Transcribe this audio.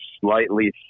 slightly